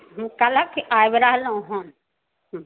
कहलहुँ कि आबि रहलहुॅं हँ